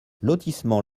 lotissement